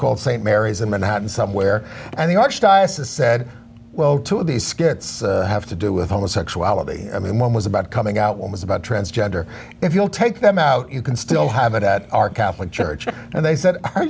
called st mary's a manhattan somewhere and the archdiocese said well two of the skits have to do with homosexuality i mean one was about coming out one was about transgender if you'll take them out you can still have it at our catholic church and they said